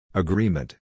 Agreement